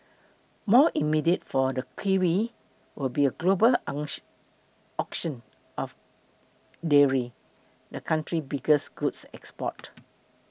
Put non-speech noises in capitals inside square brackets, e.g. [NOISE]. more immediate for the kiwi will be a global [UNINTELLIGIBLE] auction of dairy the country biggest goods export